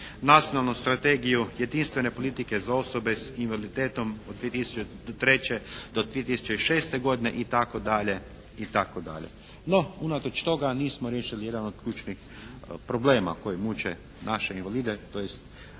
nacionalnu strategiju jedinstvene politike za osobe s invaliditetom od 2003. do 2006. godine itd., itd. No unatoč toga nismo riješili jedan od ključnih problema koje muče naše invalide, tj.